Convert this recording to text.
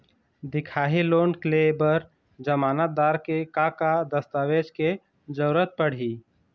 दिखाही लोन ले बर जमानतदार के का का दस्तावेज के जरूरत पड़ही?